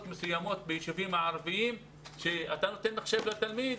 מסוימות בישובים הערביים שאתה נותן מחשב לתלמיד,